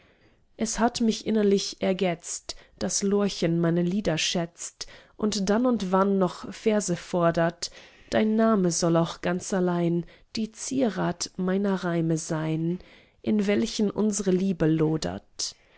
es hat mich innerlich ergetzt daß lorchen meine lieder schätzt und dann und wann noch verse fodert dein name soll auch ganz allein die zierat meiner reime sein in welchen unsre liebe lodert